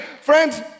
Friends